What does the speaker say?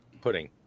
Pudding